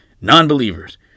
non-believers